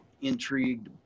intrigued